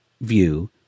view